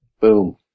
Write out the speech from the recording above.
Boom